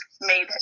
made